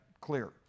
clear